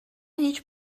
هیچ